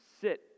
sit